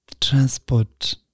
transport